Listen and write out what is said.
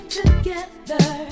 together